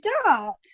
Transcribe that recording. start